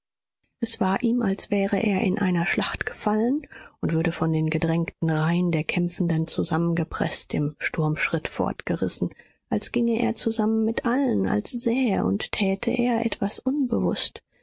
es war ihm als wäre er in einer schlacht gefallen und würde von den gedrängten reihen der kämpfenden zusammengepreßt im sturmschritt fortgerissen als ginge er zusammen mit allen als sähe und täte er etwas unbewußt